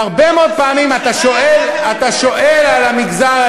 והרבה מאוד פעמים אתה שואל, כמה פעמים,